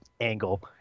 angle